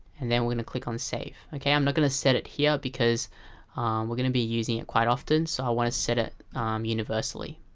and then we're gonna click on save. i'm not gonna set it here because we're gonna be using it quite often so i want to set it universally